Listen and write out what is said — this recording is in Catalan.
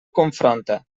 confronta